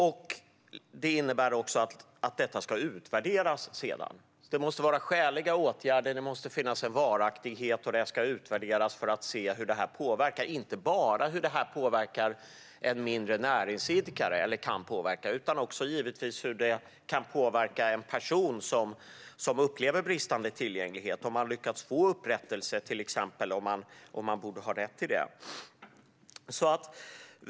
Den tredje delen är att detta sedan ska utvärderas. Det måste vara skäliga åtgärder, det måste finnas en varaktighet och man ska utvärdera lagen för att se vilken påverkan den ger, inte bara på mindre näringsidkare, utan givetvis också på personer som upplever bristande tillgänglighet. Har man till exempel lyckats få upprättelse om man borde ha rätt till det?